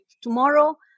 tomorrow